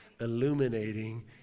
illuminating